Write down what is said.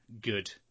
good